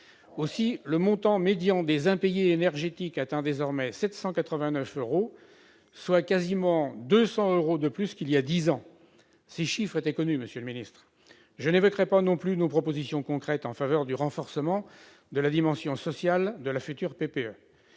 Aussi, le montant médian des impayés énergétiques atteint désormais 789 euros, soit quasiment 200 euros de plus qu'il y a dix ans. Ces chiffres étaient connus. Je n'évoquerai pas aujourd'hui nos propositions concrètes en faveur du renforcement de la dimension sociale de la future PPE.